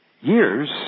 years